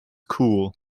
cool